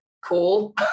cool